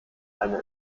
eine